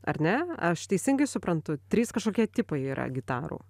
ar ne ar aš teisingai suprantu trys kažkokie tipai yra gitarų